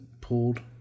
pulled